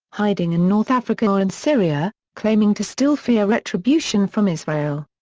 hiding in north africa or in syria, claiming to still fear retribution from israel.